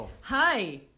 Hi